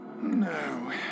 No